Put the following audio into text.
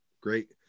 Great